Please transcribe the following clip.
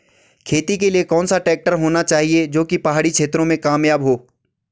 खेती के लिए कौन सा ट्रैक्टर होना चाहिए जो की पहाड़ी क्षेत्रों में कामयाब हो?